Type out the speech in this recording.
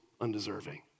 undeserving